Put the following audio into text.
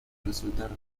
resultar